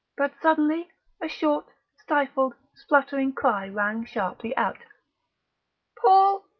but suddenly a short, stifled, spluttering cry rang sharply out paul!